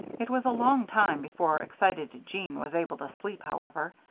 it was a long time before excited jeanne was able to sleep, however.